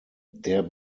der